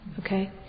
Okay